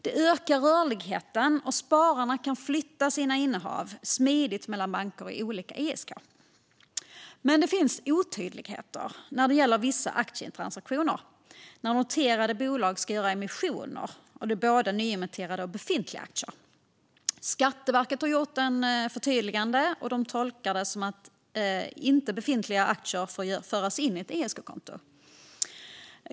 Det ökar rörligheten, och spararna kan flytta sina innehav smidigt mellan banker i olika ISK. Men det finns otydligheter när det gäller vissa aktietransaktioner när noterade bolag ska göra emissioner med både nyemitterade och befintliga aktier. Skatteverket har gjort ett förtydligande, och de tolkar det som att befintliga aktier inte får föras in i ett ISK-kontot.